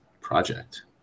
project